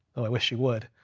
i wish she would.